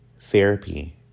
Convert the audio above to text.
Therapy